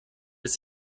bis